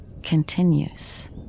continues